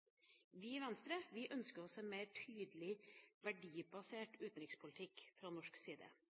Vi i Venstre ønsker oss en mer tydelig, verdibasert utenrikspolitikk fra norsk side,